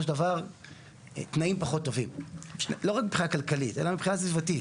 של דבר תנאים פחות טובים לא רק מבחינה כלכלית אלא מבחינה סביבתית.